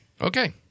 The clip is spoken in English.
Okay